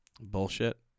Bullshit